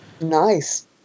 Nice